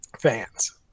fans